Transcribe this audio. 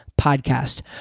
Podcast